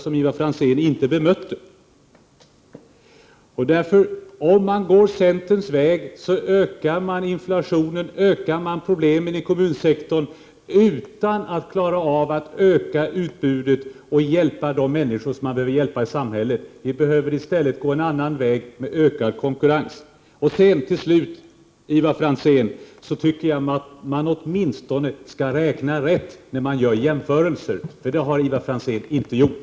Men Ivar Franzén har inte bemött mina uppgifter i det avseendet. Om man väljer centerns väg, bidrar man till ökad inflation och större problem inom kommunsektorn, men kan inte öka utbudet av service och klarar inte av att hjälpa de människor i vårt samhälle som behöver hjälp. Nej, vi måste välja en annan väg, som bygger på ökad konkurrens. Slutligen tycker jag, Ivar Franzén, att man när man gör jämförelser åtminstone skall räkna rätt. Det har Ivar Franzén inte gjort.